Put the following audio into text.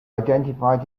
identified